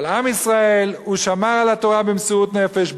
אבל עם ישראל שמר על התורה במסירות נפש,